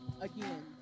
again